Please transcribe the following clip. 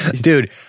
Dude